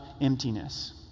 emptiness